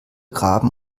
graben